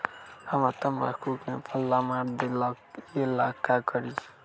हमरा तंबाकू में पल्ला मार देलक ये ला का करी?